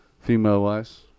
Female-wise